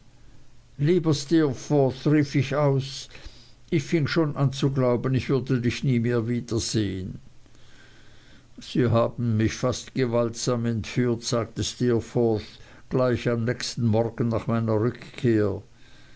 ich aus ich fing schon an zu glauben ich würde dich nie mehr wiedersehen sie haben mich fast gewaltsam entführt sagte steerforth gleich am nächsten morgen nach meiner rückkehr